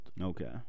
Okay